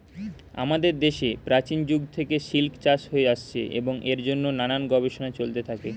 আমাদের দেশে প্রাচীন যুগ থেকে সিল্ক চাষ হয়ে আসছে এবং এর জন্যে নানান গবেষণা চলতে থাকে